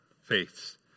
faiths